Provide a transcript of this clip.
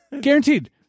Guaranteed